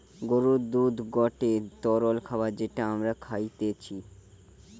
গরুর দুধ গটে তরল খাবার যেটা আমরা খাইতিছে